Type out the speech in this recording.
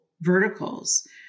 verticals